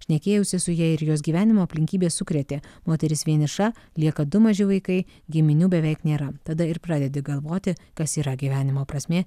šnekėjausi su ja ir jos gyvenimo aplinkybės sukrėtė moteris vieniša lieka du maži vaikai giminių beveik nėra tada ir pradedi galvoti kas yra gyvenimo prasmė